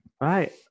right